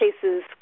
cases